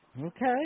Okay